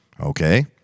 Okay